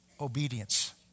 obedience